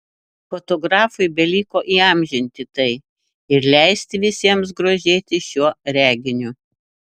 fotografui beliko įamžinti tai ir leisti visiems grožėtis šiuo reginiu